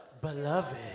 beloved